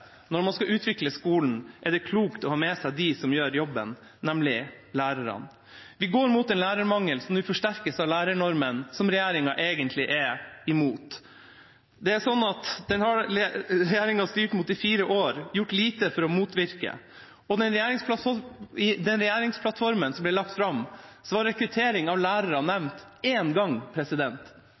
Når man skal utvikle skolen, er det klokt å ha med seg dem som gjør jobben, nemlig lærerne. Vi går mot en lærermangel som vil forsterkes av lærernormen, som regjeringa egentlig er imot. Regjeringa har styrt mot den i fire år og gjort lite for å motvirke den. I regjeringsplattformen som ble lagt fram, var rekruttering av lærere nevnt én gang. Det vitner ikke om en